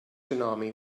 tsunami